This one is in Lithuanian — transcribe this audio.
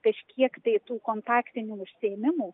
kažkiek tai tų kontaktinių užsiėmimų